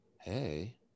Hey